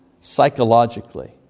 psychologically